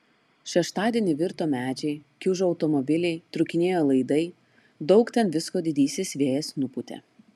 šeštadienį virto medžiai kiužo automobiliai trūkinėjo laidai daug ten visko didysis vėjas nupūtė